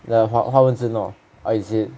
the 华华文字诺